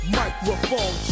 microphone